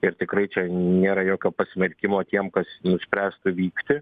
ir tikrai čia nėra jokio pasmerkimo tiem kas nuspręstų vykti